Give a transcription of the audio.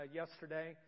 yesterday